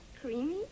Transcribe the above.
creamy